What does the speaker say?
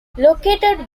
located